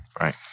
Right